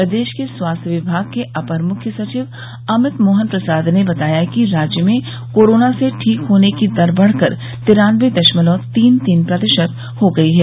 प्रदेश के स्वास्थ्य विभाग के अपर मुख्य सचिव अमित मोहन प्रसाद ने बताया कि राज्य में कोरोना से ठीक होने की दर बढ़कर तिरान्नबे दशमलव तीन तीन प्रतिशत हो गई है